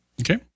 Okay